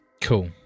Cool